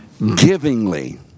givingly